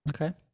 Okay